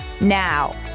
Now